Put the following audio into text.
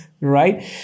right